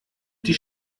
die